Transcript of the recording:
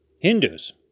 Hindus